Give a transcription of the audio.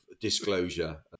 disclosure